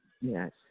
Yes